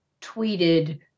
tweeted